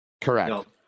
correct